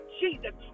jesus